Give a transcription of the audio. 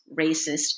racist